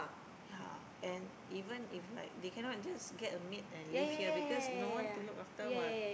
ya and even if like they cannot just get a maid and leave here because no one to look after what